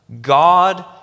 God